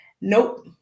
nope